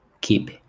Keep